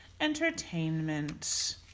entertainment